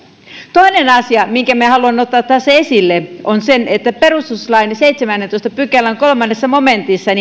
toinen asia minkä haluan ottaa tässä esille on se että perustuslain seitsemännentoista pykälän kolmannessa momentissa